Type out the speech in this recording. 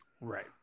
Right